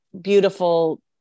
beautiful